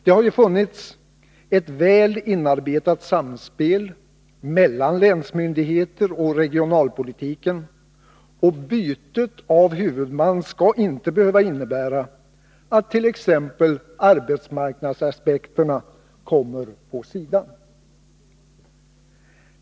Det har ju funnits ett väl inarbetat samspel mellan länsmyndigheter i regionalpolitiken, och bytet av huvudman skall inte behöva innebära att t.ex. arbetsmarknadsaspekterna åsidosätts.